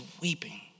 weeping